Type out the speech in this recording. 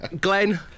Glenn